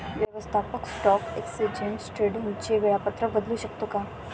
व्यवस्थापक stock exchange ट्रेडिंगचे वेळापत्रक बदलू शकतो का?